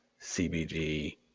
CBD